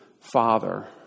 father